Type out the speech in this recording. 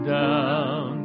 down